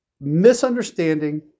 misunderstanding